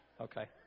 Okay